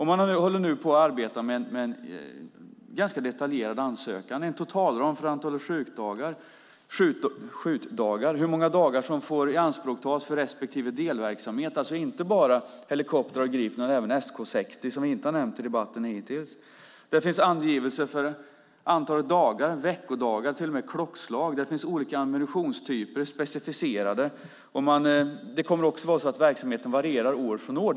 Man arbetar nu på en ganska detaljerad ansökan, en totalram för antalet skjutdagar och hur många dagar som får ianspråktas för respektive delverksamhet. Det handlar alltså inte bara om helikoptrar och Gripen utan även om SK 60, som vi inte har nämnt i debatten hittills. Det finns angivelser för antalet dagar, veckodagar och till och med klockslag, och olika ammunitionstyper specificeras. Verksamheten kommer också att variera år från år.